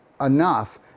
enough